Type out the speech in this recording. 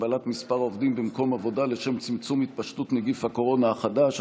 הגבלת מספר עובדים במקום עבודה לשם צמצום התפשטות נגיף הקורונה חדש),